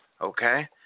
Okay